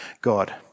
God